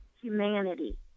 humanity